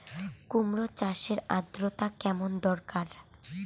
কুমড়ো চাষের আর্দ্রতা কেমন দরকার?